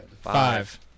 Five